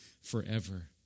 forever